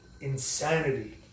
insanity